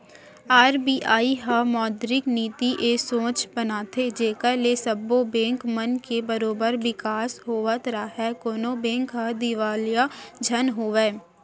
RBI ह मौद्रिक नीति ए सोच बनाथे जेखर ले सब्बो बेंक मन के बरोबर बिकास होवत राहय कोनो बेंक ह दिवालिया झन होवय